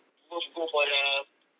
both go for the